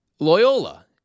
Loyola